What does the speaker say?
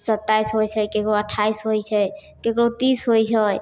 सत्ताइस होइ छै ककरो अट्ठाइस होइ छै ककरो तीस होइ छै